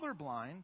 colorblind